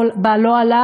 הוא במצב כל כך